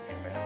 amen